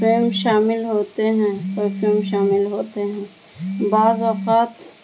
فی شامل ہوتے ہیں پرفیوم شامل ہوتے ہیں بعض اوقات